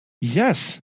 yes